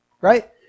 right